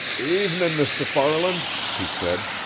evenin', mr. farland, he said.